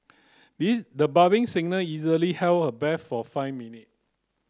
these the budding singer easily held her breath for five minute